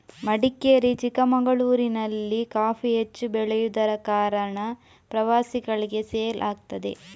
ಮಡಿಕೇರಿ, ಚಿಕ್ಕಮಗಳೂರಿನಲ್ಲಿ ಕಾಫಿ ಹೆಚ್ಚು ಬೆಳೆಯುದರ ಕಾರಣ ಪ್ರವಾಸಿಗಳಿಗೆ ಸೇಲ್ ಆಗ್ತದೆ